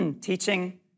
teaching